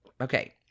Okay